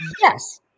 Yes